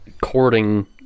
courting